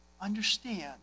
understand